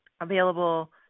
available